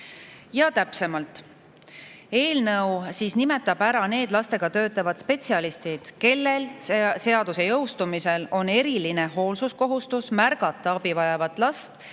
täpsemalt. Eelnõu nimetab ära need lastega töötavad spetsialistid, kellel seaduse jõustumisel on eriline hoolsuskohustus märgata abi vajavat last